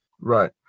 Right